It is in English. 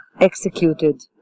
executed